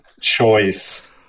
Choice